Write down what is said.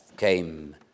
came